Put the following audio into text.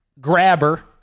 grabber